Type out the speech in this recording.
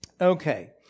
Okay